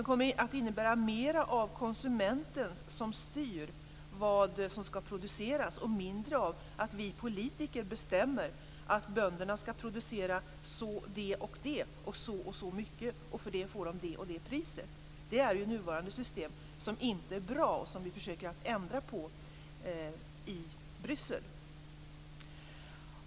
De kommer också att innebära mera av konsumentstyrning av vad som skall produceras och mindre av att vi politiker bestämmer att bönderna skall åstadkomma produkter i vissa kvantiteter och till vissa priser. Detta är det nuvarande systemet, som inte är bra och som vi försöker ändra på i Bryssel.